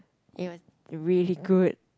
it was really good